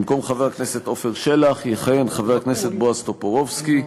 במקום חבר הכנסת עפר שלח יכהן חבר הכנסת בועז טופורובסקי,